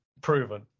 proven